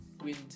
wind